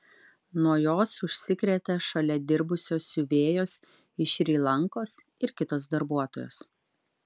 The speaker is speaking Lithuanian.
nuo jos užsikrėtė šalia dirbusios siuvėjos iš šri lankos ir kitos darbuotojos